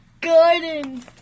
garden